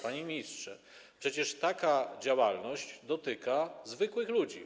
Panie ministrze, przecież taka działalność dotyka zwykłych ludzi.